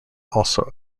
also